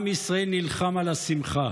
עם ישראל נלחם על השמחה,